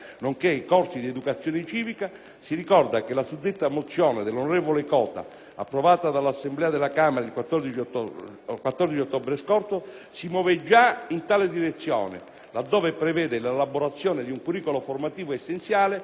si ricorda che la suddetta mozione dell'onorevole Cota, approvata dall'Assemblea della Camera il 14 ottobre scorso, si muove già in tale direzione, laddove prevede l'elaborazione di un curricolo formativo essenziale che tenga conto di progetti interculturali